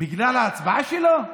בגלל ההצבעה שלו?